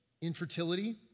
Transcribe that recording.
infertility